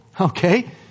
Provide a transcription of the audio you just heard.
Okay